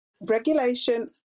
regulation